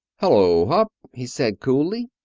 hello, hupp, he said, coolly.